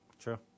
True